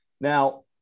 now